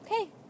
Okay